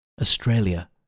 Australia